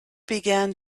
began